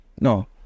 no